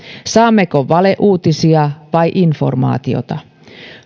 saammeko valeuutisia vai informaatiota